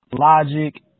logic